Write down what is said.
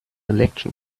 election